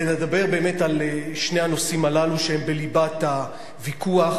לדבר באמת על שני הנושאים שהם בליבת הוויכוח,